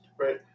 right